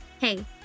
Hey